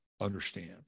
understand